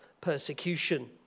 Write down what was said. persecution